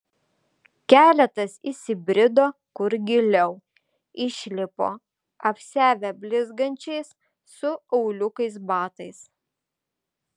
keletas įsibrido kur giliau išlipo apsiavę blizgančiais su auliukais batais